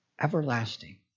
Everlasting